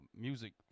music